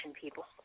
people